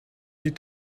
die